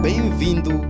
Bem-vindo